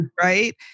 Right